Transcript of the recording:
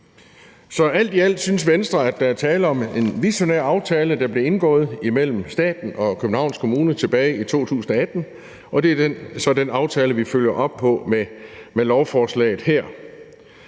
Så alt i alt synes Venstre, at der er tale om en visionær aftale, der blev indgået imellem staten og Københavns Kommune tilbage i 2018, og det er så den aftale, vi følger op på med lovforslaget her.